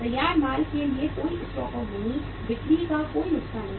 तैयार माल के लिए कोई स्टॉक आउट नहीं बिक्री का कोई नुकसान नहीं